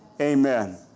Amen